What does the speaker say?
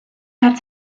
had